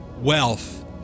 wealth